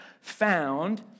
found